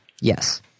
Yes